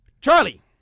Charlie